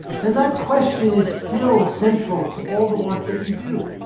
and that question is still central to all the work that we do.